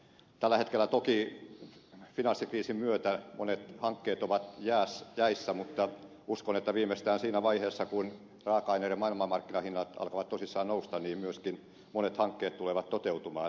tällä hetkellä toki finanssikriisin myötä monet hankkeet ovat jäissä mutta uskon että viimeistään siinä vaiheessa kun raaka aineiden maailmanmarkkinahinnat alkavat tosissaan nousta myöskin monet hankkeet tulevat toteutumaan